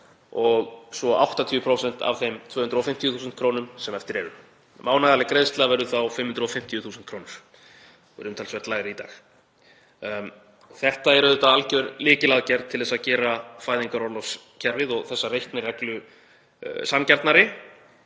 og svo 80% af þeim 250.000 kr. sem eftir eru. Mánaðarleg greiðsla verður þá 550.000 kr. Hún er umtalsvert lægri í dag. Þetta er auðvitað alger lykilaðgerð til að gera fæðingarorlofskerfið og þessa reiknireglu sanngjarnari